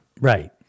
Right